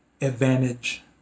advantage